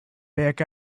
back